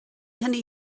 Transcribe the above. hynny